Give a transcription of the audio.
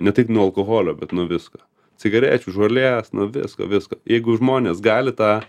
ne tik nuo alkoholio bet nuo visko cigarečių žolės nuo visko visko jeigu žmonės gali tą